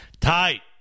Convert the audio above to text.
Tight